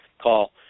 call